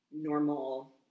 normal